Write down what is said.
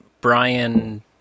Brian